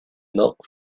milk